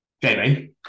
Jamie